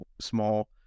small